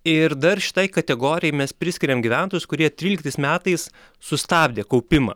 ir dar šitai kategorijai mes priskiriam gyventojus kurie tryliktais metais sustabdė kaupimą